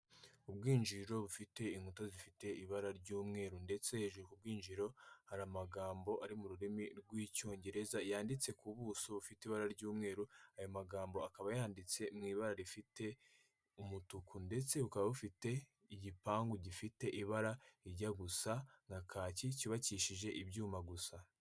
Ubwinjiriro bufite inkuta zifite ibara ry'umweru ndetse hejuru ku bwinjiro hari amagambo ari mu rurimi rw'icyongereza, yanditse ku buso bufite ibara ry'umweru, ayo magambo akaba yanditse mu ibara rifite umutuku ndetse bukaba bufite igipangu gifite ibara rijya gusa na kaki, cyubakishije ibyuma gusa.